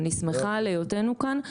אני שמחה על היותנו כאן.